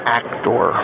actor